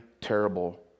terrible